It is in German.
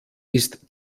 ist